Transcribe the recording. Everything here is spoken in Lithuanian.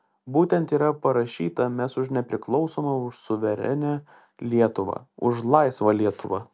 būtent yra parašyta mes už nepriklausomą už suverenią lietuvą už laisvą lietuvą